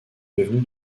devenue